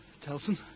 Telson